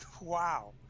wow